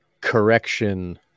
correction